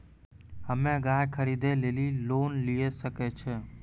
हम्मे गाय खरीदे लेली लोन लिये सकय छियै?